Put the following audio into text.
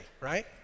right